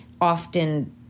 often